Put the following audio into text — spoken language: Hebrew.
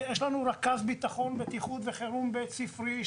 הרי יש לנו רכז ביטחון וחירום בית ספרי,